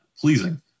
pleasing